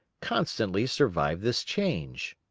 constantly survived this change.